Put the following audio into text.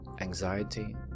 anxiety